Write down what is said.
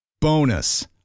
Bonus